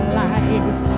life